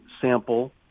sample